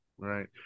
Right